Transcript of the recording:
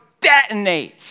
detonates